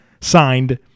signed